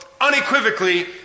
unequivocally